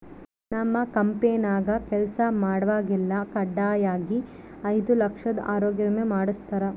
ನಮ್ ಕಂಪೆನ್ಯಾಗ ಕೆಲ್ಸ ಮಾಡ್ವಾಗೆಲ್ಲ ಖಡ್ಡಾಯಾಗಿ ಐದು ಲಕ್ಷುದ್ ಆರೋಗ್ಯ ವಿಮೆ ಮಾಡುಸ್ತಾರ